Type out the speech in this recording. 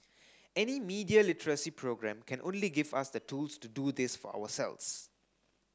any media literacy programme can only give us the tools to do this for ourselves